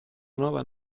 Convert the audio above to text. nuova